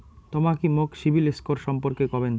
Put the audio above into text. তমা কি মোক সিবিল স্কোর সম্পর্কে কবেন?